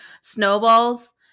snowballs